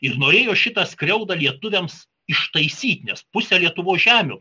ir norėjo šitą skriaudą lietuviams ištaisyti nes pusė lietuvos žemių